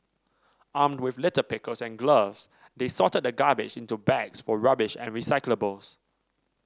Armed with litter pickers and gloves they sorted the garbage into bags for rubbish and recyclables